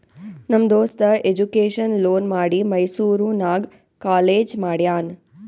ನಮ್ ದೋಸ್ತ education loan ಮಾಡಿ ಮೈಸೂರು ನಾಗ್ ಕಾಲೇಜ್ ಮಾಡ್ಯಾನ್